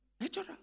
Natural